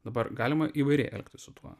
dabar galima įvairiai elgtis su tuo